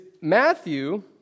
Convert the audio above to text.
Matthew